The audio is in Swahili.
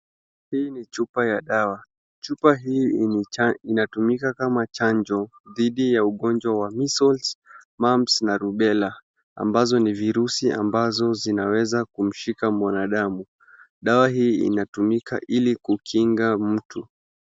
Hii ni chupa ya dawa, chupa hii inatumika kama chanjo dhidi ya ugonjwa wa measles, mumps na rubela ambazo ni virusi ambazo zinaweza kumshika mwanadamu. Dawa hii inatumika ili kukinga mtu.